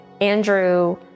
Andrew